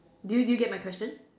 do you do you get my question